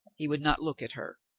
he would not look at her.